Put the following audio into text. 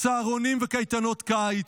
צהרונים וקייטנות קיץ,